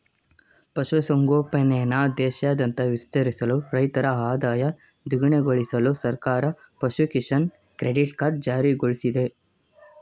ಪಶು ಸಂಗೋಪನೆನ ದೇಶಾದ್ಯಂತ ವಿಸ್ತರಿಸಲು ರೈತರ ಆದಾಯ ದ್ವಿಗುಣಗೊಳ್ಸಲು ಸರ್ಕಾರ ಪಶು ಕಿಸಾನ್ ಕ್ರೆಡಿಟ್ ಕಾರ್ಡ್ ಜಾರಿಗೊಳ್ಸಿದೆ